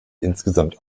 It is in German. insgesamt